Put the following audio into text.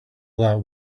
that